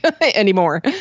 anymore